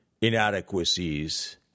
inadequacies